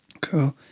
cool